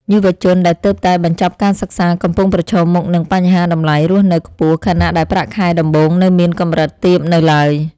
យុវជនដែលទើបតែបញ្ចប់ការសិក្សាកំពុងប្រឈមមុខនឹងបញ្ហាតម្លៃរស់នៅខ្ពស់ខណៈដែលប្រាក់ខែដំបូងនៅមានកម្រិតទាបនៅឡើយ។